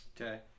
Okay